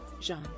Jean